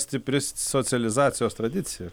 stipri socializacijos tradicija